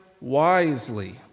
wisely